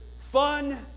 fun